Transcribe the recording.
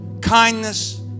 kindness